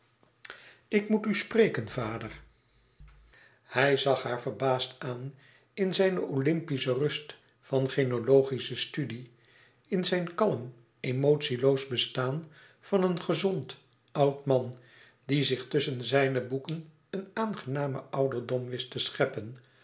ik moet u spreken vader hij zag haar verbaasd aan in zijne olympische rust van genealogische studie in zijn kalm emotieloos bestaan van een gezond oud man die zich tusschen zijne boeken een aangenamen ouderdom wist te scheppen